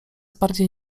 bardziej